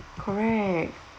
correct